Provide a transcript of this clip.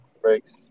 breaks